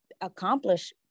accomplish